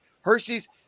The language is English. Hershey's